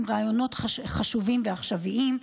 עם רעיונות חשובים ועכשוויים.